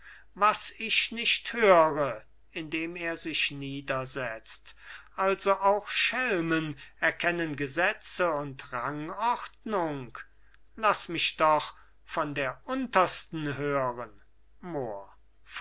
was ich nicht höre indem er sich niedersetzt also auch schelmen erkennen gesetze und rangordnung laß mich doch von der untersten hören mohr